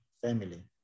family